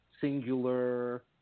singular